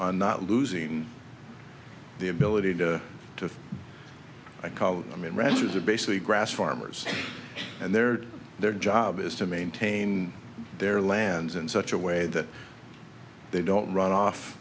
on not losing the ability to call i mean ranchers are basically grass farmers and their their job is to maintain their lands in such a way that they don't run off